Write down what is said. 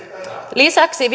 lisäksi